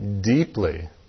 deeply